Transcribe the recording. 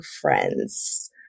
friends